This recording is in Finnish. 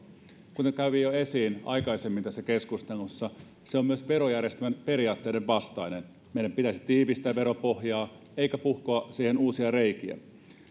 kuten kävi jo esiin aikaisemmin tässä keskustelussa se on myös verojärjestelmän periaatteiden vastaista meidän pitäisi tiivistää veropohjaa eikä puhkoa siihen uusia reikiä